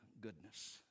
goodness